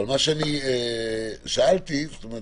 אני שאלתי שאלה